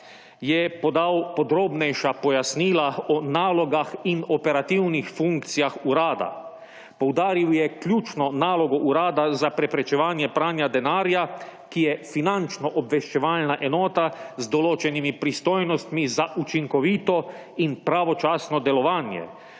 je podal podrobnejša pojasnila o nalogah in operativnih funkcijah urada. Poudaril je ključno nalogo Urada za preprečevanje pranja denarja, ki je finančno obveščevalna enota z določenimi pristojnostmi za učinkovito pravočasno delovanje.